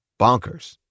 bonkers